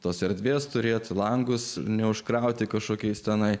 tos erdvės turėti langus neužkrauti kažkokiais tenai